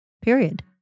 Period